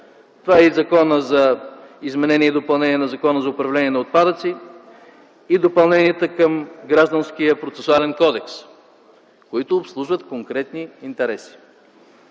това е и Законопроектът за изменение и допълнение на Закона за управление на отпадъците и допълненията към Гражданския процесуален кодекс, които обслужват конкретни интереси.